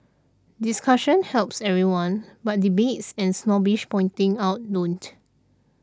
discussion helps everyone but debates and snobbish pointing out don't